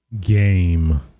game